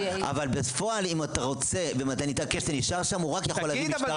אבל בפועל אם אתה מתעקש להישאר שם הוא רק יכול להזמין משטרה,